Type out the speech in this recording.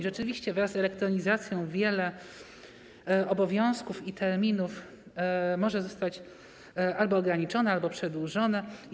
Rzeczywiście wraz z elektronizacją wiele obowiązków i terminów może zostać albo ograniczonych, albo przedłużonych.